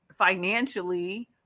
financially